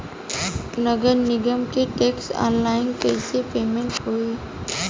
नगर निगम के टैक्स ऑनलाइन कईसे पेमेंट होई?